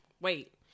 Wait